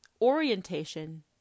Orientation